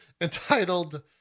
entitled